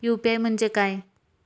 UPI म्हणजे काय?